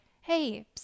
hey